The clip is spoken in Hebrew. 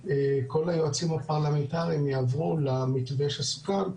כל היועצים הפרלמנטריים יעברו למתווה שסוכם,